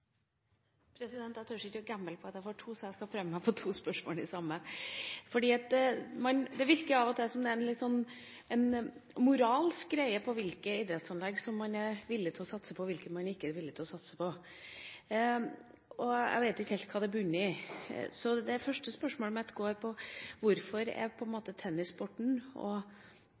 stort. Jeg tør ikke å gamble på at jeg får to replikker, så jeg skal prøve meg på to spørsmål i samme replikk. Det virker av og til som om det er en moralsk greie når det gjelder hvilke idrettsanlegg man er villig til å satse på, og hvilke man ikke er villig til å satse på. Jeg vet ikke helt hva det bunner i. Det første spørsmålet mitt går på hvorfor